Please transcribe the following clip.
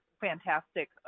fantastic